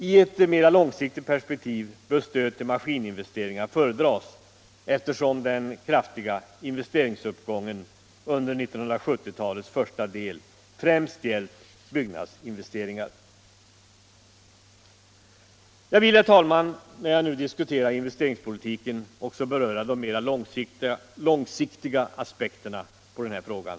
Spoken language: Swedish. I ett mera långsiktigt perspektiv bör stöd till maskininveste ringar föredras, eftersom den kraftiga investeringsuppgången under 1970 talets första del främst gällt byggnadsinvesteringar. Jag vill, herr talman, när jag nu diskuterar investeringspolitiken också beröra de mera långsiktiga aspekterna av den frågan.